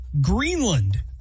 Greenland